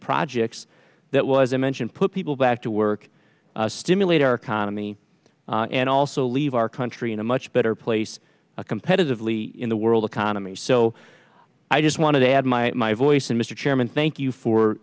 projects that was i mentioned put people back to work stimulate our economy and also leave our country in a much better place competitively in the world economy so i just want to add my voice and mr chairman thank you for